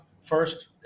first